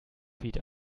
feed